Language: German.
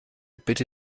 bitte